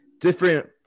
different